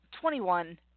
Twenty-one